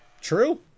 True